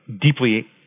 deeply